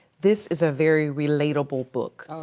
this is a very relatable book.